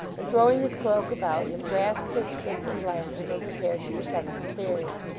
and throwing his cloak about him, grasped his stick and lantern, and prepared to descend the stairs.